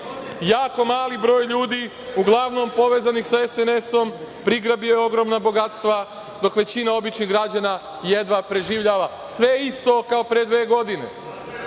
Jako mali broj ljudi, uglavnom povezanih sa SNS-om, prigrabio je ogromna bogatstva, dok većina običnih građana jedva preživljava. Sve je isto kao pre dve godine.